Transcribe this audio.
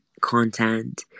content